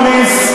גרוניס,